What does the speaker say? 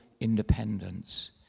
independence